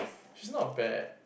she's not bad